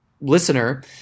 listener